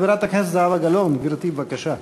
חברת הכנסת זהבה גלאון, גברתי, בבקשה.